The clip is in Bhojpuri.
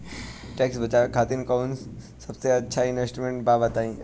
टैक्स बचावे खातिर कऊन सबसे अच्छा इन्वेस्टमेंट बा बताई?